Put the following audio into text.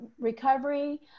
recovery